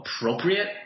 appropriate